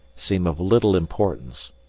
seem of little importance,